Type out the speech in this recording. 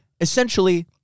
Essentially